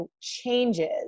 changes